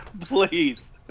Please